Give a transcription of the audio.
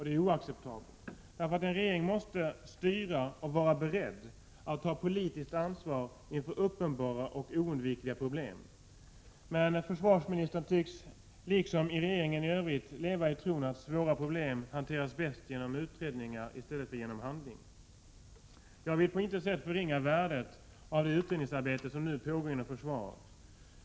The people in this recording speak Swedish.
Det är oacceptabelt. En regering måste styra och vara beredd att ta politiskt ansvar inför uppenbara och oundvikliga problem. Men försvarsministern, liksom regeringen i övrigt, tycks leva i tron att svåra problem hanteras bättre genom utredningar än genom handling. Jag vill på intet sätt förringa värdet av det utredningsarbete som nu pågår inom försvaret.